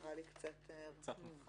נראה לי קצת מוגזם.